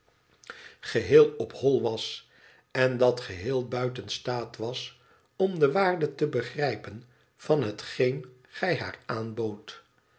geheel op hol was en dat geheel buiten staat was om de waarde te begrijpen van hetgeen gij haar aanboodt